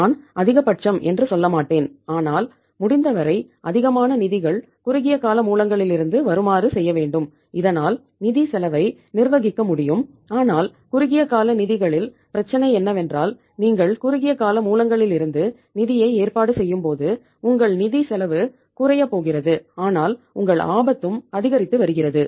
நான் அதிகப்பட்சம் என்று சொல்லமாட்டேன் ஆனால் முதிந்தவரை அதிகமான நிதிகள் குறுகியகால மூலங்களிலிருந்து வருமாறு செய்ய வேண்டும் இதனால் நிதிச் செலவை நிர்வகிக்க முடியும் ஆனால் குறுகியகால நிதிகளில் பிரச்சனை என்னவென்றால் நீங்கள் குறுகிய கால மூலங்களிலிருந்து நிதியை ஏற்பாடு செய்யும்போது உங்கள் நிதி செலவு குறையப் போகிறது ஆனால் உங்கள் ஆபத்தும் அதிகரித்து வருகிறது